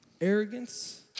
arrogance